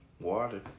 water